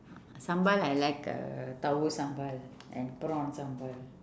sambal I like uh tauhu-sambal and prawn-sambal